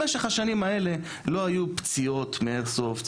במשך השנים האלה לא היו פציעות מאיירסופט,